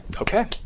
Okay